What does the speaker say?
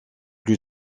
plus